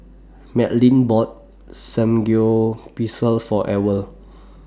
Madlyn bought Samgyeopsal For Ewell